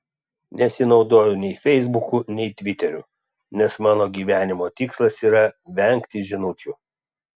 nesinaudoju nei feisbuku nei tviteriu nes mano gyvenimo tikslas yra vengti žinučių